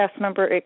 member